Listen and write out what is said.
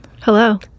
Hello